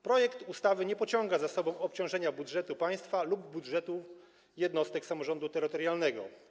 Projekt ustawy nie pociąga za sobą obciążenia budżetu państwa lub budżetów jednostek samorządu terytorialnego.